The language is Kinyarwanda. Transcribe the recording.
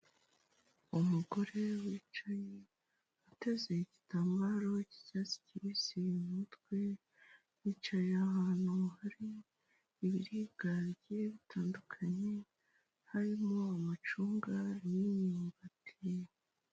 Umugore wicaye ateze igitambaro cy'icyatsi kibisi mu mutwe, yicaye ahantu hari ibiribwa bigiye bitandukanye, harimo amacunga n'imyumbati.